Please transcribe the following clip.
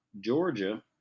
Georgia